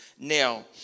Now